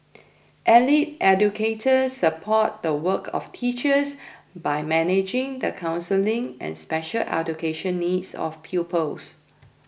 allied educators support the work of teachers by managing the counselling and special education needs of pupils